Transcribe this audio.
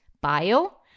bio